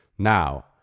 Now